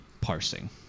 parsing